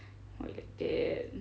why you like that